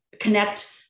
connect